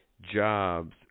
jobs